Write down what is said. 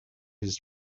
his